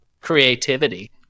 Creativity